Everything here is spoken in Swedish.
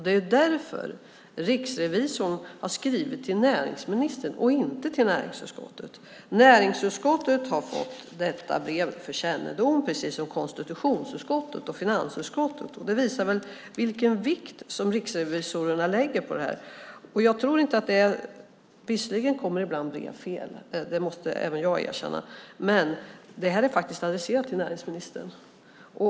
Det är därför riksrevisorn har skrivit till näringsministern, inte till näringsutskottet. Näringsutskottet har fått detta brev för kännedom, precis som konstitutionsutskottet och finansutskottet. Det visar vilken vikt riksrevisorerna lägger på detta. Visserligen går brev ibland fel - det måste även jag erkänna - men det här är faktiskt adresserat till näringsministern.